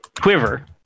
quiver